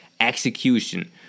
execution